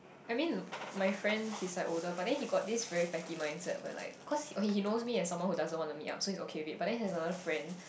I mean my friend he's like older but then he got this very petty mindset but like cause okay he knows me as someone who doesn't want to meet up so he's okay with it but he has another friend